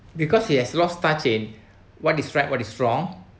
because he has lost touch in what is right what is wrong